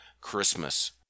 Christmas